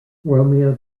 romeo